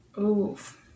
Oof